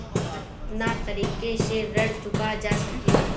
कातना तरीके से ऋण चुका जा सेकला?